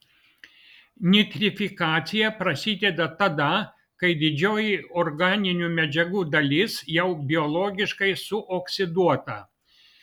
nitrifikacija prasideda tada kai didžioji organinių medžiagų dalis jau biologiškai suoksiduota